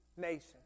nation